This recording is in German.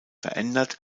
verändert